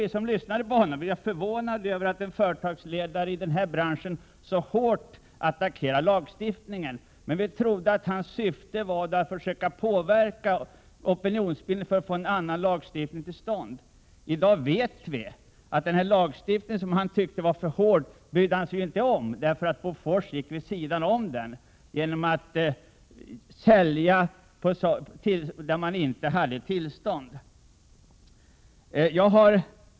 Vi som lyssnade på honom var förvånade över att en företagsledare i den här branschen så hårt attackerade lagstiftningen. Vi trodde emellertid att hans syfte var att försöka påverka opinionsbildningen för att få en annan lagstiftning till stånd. I dag vet vi att han inte brydde sig om lagstiftningen utan sålde till länder som företaget inte hade tillstånd att sälja till.